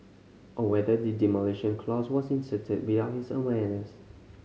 or whether the demolition clause was inserted without his awareness